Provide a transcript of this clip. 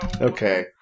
Okay